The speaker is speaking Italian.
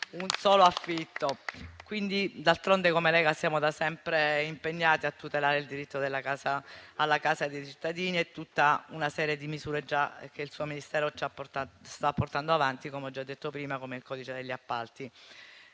un affitto. D'altronde, come Lega siamo da sempre impegnati a tutelare il diritto alla casa dei cittadini e tutta una serie di misure che il suo Ministero sta già portando avanti - come ho già detto prima - come il codice degli appalti.